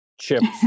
chips